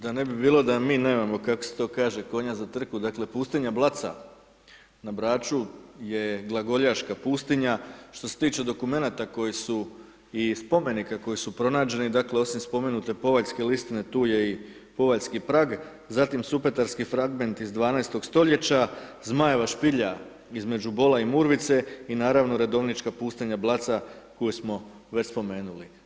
Da ne bi bilo da mi nemamo, kako se to kaže, konja za trku, dakle pustinja Blaca na Braču je glagoljaška pustinja, što se tiče dokumenata koji su i spomenika koji su pronađeni, dakle, osim spomenute Poveljske listine, tu je i Poveljski prag, zatim supetarski fragmenti iz 12.-og stoljeća, Zmajeva špilja između Bola i Murvice, i naravno redovnička pustinja Blaca koju smo već spomenuli.